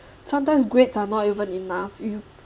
sometimes grades are not even enough you